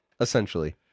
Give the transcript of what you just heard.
essentially